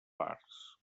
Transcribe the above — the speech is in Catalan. parts